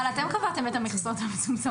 אבל אתם קבעתם את המכסות המצומצמות.